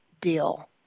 deal